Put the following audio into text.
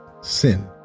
sin